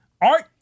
art